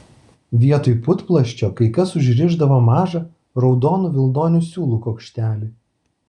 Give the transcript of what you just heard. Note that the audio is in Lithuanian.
vietoj putplasčio kai kas užrišdavo mažą raudonų vilnonių siūlų kuokštelį